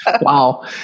Wow